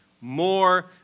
more